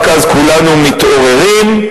רק אז כולנו מתעוררים,